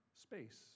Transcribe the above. space